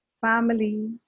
family